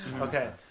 Okay